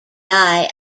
eye